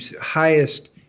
highest